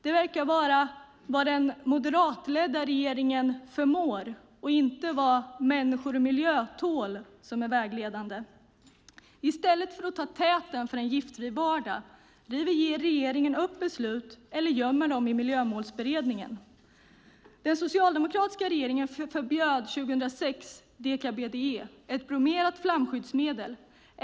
Det verkar vara vad den moderatledda regeringen förmår och inte vad människor och miljö tål som är vägledande. I stället för att ta täten för en giftfri vardag river regeringen upp beslut eller gömmer dem i miljömålsberedningen. Den socialdemokratiska regeringen förbjöd 2006 deka-BDE, ett bromerat flamskyddsmedel.